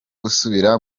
gusubira